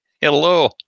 Hello